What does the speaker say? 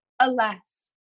alas